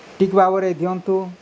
ଠିକ୍ ଭାବରେ ଦିଅନ୍ତୁ